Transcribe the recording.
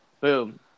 Boom